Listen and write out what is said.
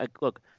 look